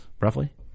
roughly